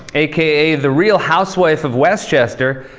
aka the real housewife of westchester,